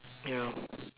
yeah